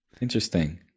Interesting